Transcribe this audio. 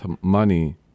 money